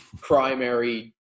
primary –